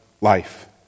life